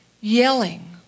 yelling